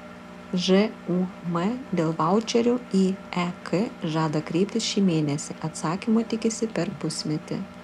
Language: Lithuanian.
žūm dėl vaučerių į ek žada kreiptis šį mėnesį atsakymo tikisi per pusmetį